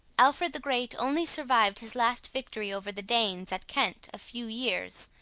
alfred the great only survived his last victory over the danes, at kent, a few years,